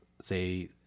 say